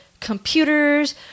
computers